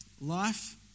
Life